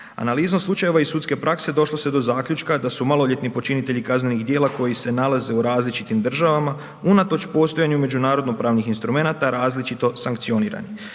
Analizom slučajeva iz sudske prakse, došlo se do zaključka da su maloljetni počinitelji kaznenih djela koji se nalaze u različitim državama, unatoč postojanju međunarodnopravnih instrumenata, različito sankcionirani.